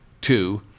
Two